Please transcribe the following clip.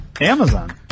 Amazon